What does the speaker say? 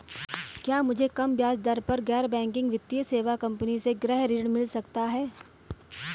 क्या मुझे कम ब्याज दर पर गैर बैंकिंग वित्तीय सेवा कंपनी से गृह ऋण मिल सकता है?